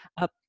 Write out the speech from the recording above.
up